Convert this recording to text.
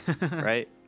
right